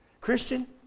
Christian